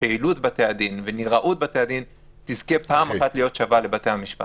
שפעילות בתי-הדין ונראות בתי-הדין תזכה פעם אחת להיות שווה לבתי-המשפט.